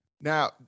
Now